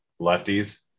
lefties